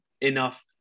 enough